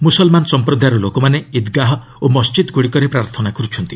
ମୁସଲମାନ ସମ୍ପ୍ରଦାୟର ଲୋକମାନେ ଇଦ୍ଗାହ ଓ ମସ୍ଜିଦ୍ଗୁଡ଼ିକରେ ପ୍ରାର୍ଥନା କରୁଛନ୍ତି